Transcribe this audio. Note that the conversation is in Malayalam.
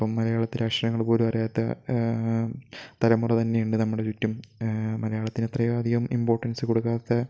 ഇപ്പം മലയാളത്തിൽ അക്ഷരങ്ങൾ പോലും അറിയാത്ത തലമുറ തന്നെ ഉണ്ട് നമ്മുടെ ചുറ്റും മലയാളത്തിന് എത്രയോ അധികം ഇമ്പോർട്ടൻസ് കൊടുക്കാത്ത